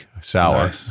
sour